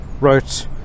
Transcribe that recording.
wrote